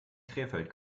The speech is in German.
krefeld